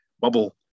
bubble